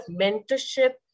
mentorship